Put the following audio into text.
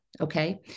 Okay